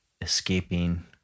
escaping